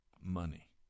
money